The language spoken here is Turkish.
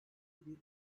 bir